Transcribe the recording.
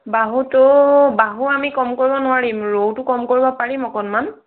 বাহুতো বাহু আমি কম কৰিব নোৱাৰিম ৰৌটো কম কৰিব পাৰিম অকণমান